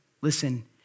Listen